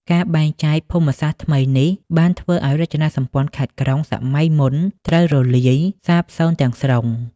ការបែងចែកភូមិសាស្ត្រថ្មីនេះ បានធ្វើឱ្យរចនាសម្ព័ន្ធខេត្ត-ក្រុងសម័យមុនត្រូវរលាយសាបសូន្យទាំងស្រុង។